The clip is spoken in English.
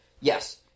yes